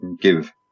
give